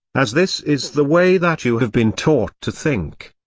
as this is the way that you have been taught to think.